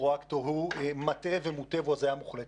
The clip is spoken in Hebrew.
פרואקטור הוא מטעה ומוטעה והוא הזיה מוחלטת.